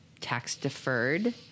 tax-deferred